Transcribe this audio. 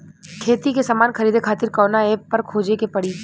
खेती के समान खरीदे खातिर कवना ऐपपर खोजे के पड़ी?